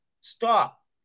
stop